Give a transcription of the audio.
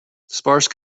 sparse